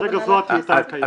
כרגע זו הטיוטה הקיימת.